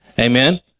Amen